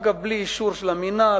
אגב בלי אישור של המינהל,